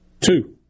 Two